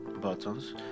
buttons